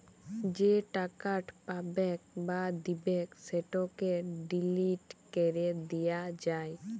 যে টাকাট পাবেক বা দিবেক সেটকে ডিলিট ক্যরে দিয়া যায়